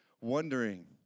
wondering